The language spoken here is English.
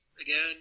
again